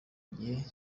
gihe